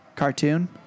Cartoon